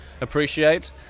appreciate